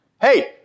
Hey